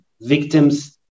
victims